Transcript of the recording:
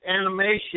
animation